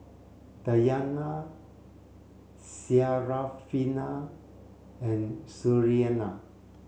Dayana Syarafina and Suriani